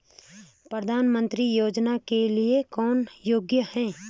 प्रधानमंत्री योजना के लिए कौन योग्य है?